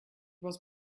was